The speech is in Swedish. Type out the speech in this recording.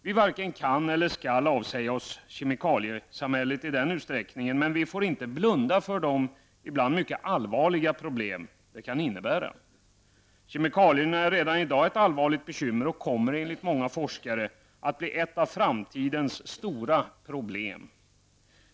Vi varken kan eller skall avsäga oss ''kemikaliesamhället'', men vi får inte blunda för de -- ibland mycket allvarliga -- problem det kan innebära. Kemikalierna är redan i dag ett allvarligt bekymmer och kommer enligt många forskare att bli ett av framtidens stora problem.